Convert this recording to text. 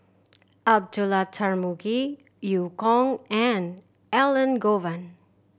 Abdullah Tarmugi Eu Kong and Elangovan